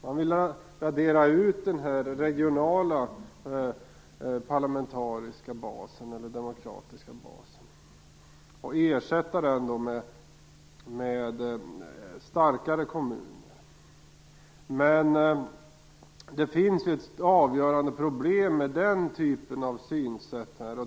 De vill radera ut den regionala demokratiska basen och ersätta den med starkare kommuner. Det finns ett avgörande problem med den typen av synsätt.